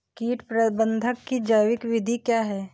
कीट प्रबंधक की जैविक विधि क्या है?